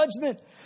judgment